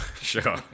Sure